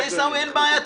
עיסאווי, אין בעיה.